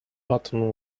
button